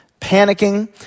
panicking